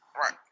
Right